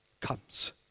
comes